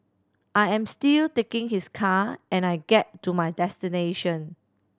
I am still taking his car and I get to my destination